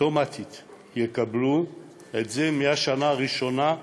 אוטומטית יקבלו את זה, מהשנה הראשונה,